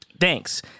thanks